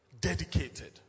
dedicated